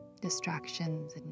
distractions